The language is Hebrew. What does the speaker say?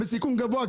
בסיכון גבוה.